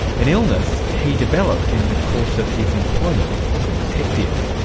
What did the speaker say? an illness he developed in the course of his employment as a detective.